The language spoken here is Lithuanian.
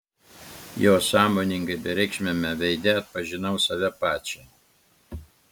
jo sąmoningai bereikšmiame veide atpažinau save pačią